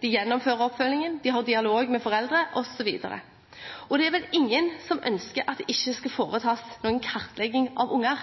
de gjennomfører oppfølgingen, de har dialog med foreldre, osv. Det er vel ingen som ønsker at det ikke skal foretas noen kartlegging av unger.